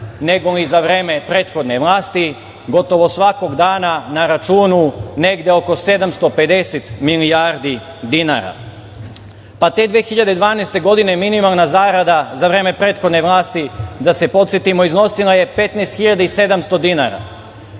nego li za vreme prethodne vlasti. Gotovo svakog dana na računu negde oko 750 milijardi dinara. Te 2012. godine minimalna zarada za vreme prethodne vlasti, da se podsetimo, iznosila je 15.700 dinara.